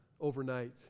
overnight